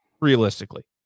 realistically